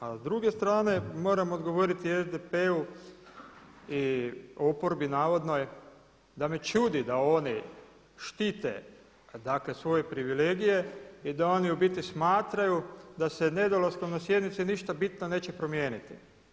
A s druge strane moram odgovoriti SDP-u i oporbi navodnoj da me čudi da oni štite, dakle svoje privilegije i da oni u biti smatraju da se nedolaskom na sjednice ništa bitno neće promijeniti.